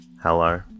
Hello